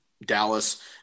Dallas